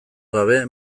gabe